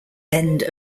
end